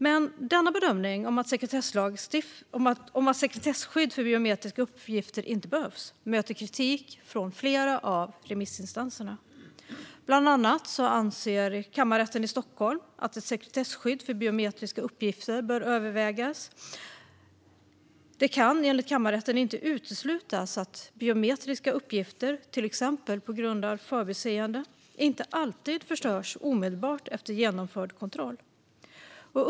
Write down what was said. Men denna bedömning, att sekretesskydd för biometriska uppgifter inte behövs, möter kritik från flera av remissinstanserna. Bland annat anser kammarrätten i Stockholm att ett sekretesskydd för biometriska uppgifter bör övervägas. Det kan enligt kammarrätten inte uteslutas att biometriska uppgifter inte alltid förstörs omedelbart efter genomförd kontroll, till exempel på grund av förbiseende.